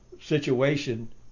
situation